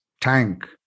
tank